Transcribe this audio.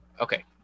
okay